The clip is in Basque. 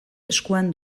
eskuan